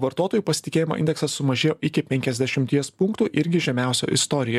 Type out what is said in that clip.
vartotojų pasitikėjimo indeksas sumažėjo iki penkiasdešimties punktų irgi žemiausio istorijo